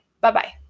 Bye-bye